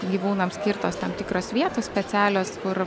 gyvūnams skirtos tam tikros vietos specialios kur